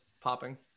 popping